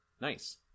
Nice